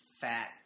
fat